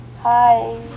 hi